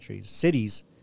cities